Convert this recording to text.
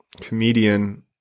comedian